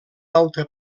alta